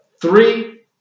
three